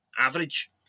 average